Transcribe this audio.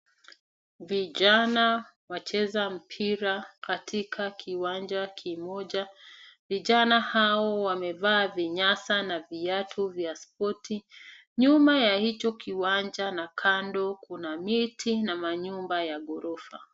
Vijana wacheza mpira katika kiwanja kimoja. Vijana hao wamevaa vinyasa na viatu vya spoti. Nyuma ya hicho kiwanja na kando kuna miti na manyumba ya ghorofa.